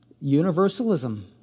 universalism